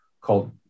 called